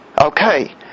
Okay